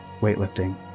weightlifting